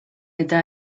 eta